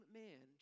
man